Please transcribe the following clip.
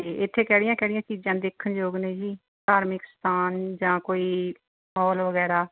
ਅਤੇ ਇੱਥੇ ਕਿਹੜੀਆਂ ਕਿਹੜੀਆਂ ਚੀਜ਼ਾਂ ਦੇਖਣ ਯੋਗ ਨੇ ਜੀ ਧਾਰਮਿਕ ਸਥਾਨ ਜਾਂ ਕੋਈ ਮੋਲ ਵਗੈਰਾ